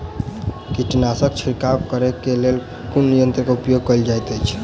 कीटनासक छिड़काव करे केँ लेल कुन यंत्र केँ प्रयोग कैल जाइत अछि?